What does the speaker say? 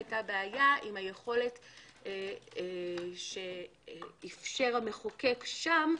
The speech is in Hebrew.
היתה בעיה עם היכולת שאפשר המחוקק שם,